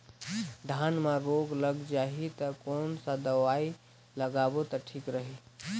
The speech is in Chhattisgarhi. धान म रोग लग जाही ता कोन सा दवाई लगाबो ता ठीक रही?